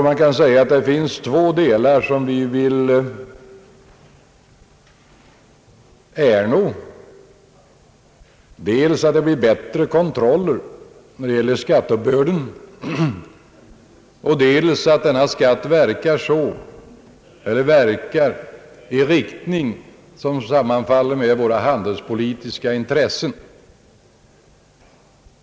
Man kan säga att det finns två saker som vi vill vinna, dels att det blir bättre kontroller när det gäller skatteuppbörden, dels att denna skatt verkar i en riktning som sammanfaller med våra handelspolitiska intressen.